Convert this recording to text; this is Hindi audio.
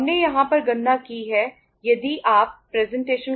हमने यहां पर गणना की है यदि आप प्रेजेंटेशन